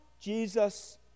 Jesus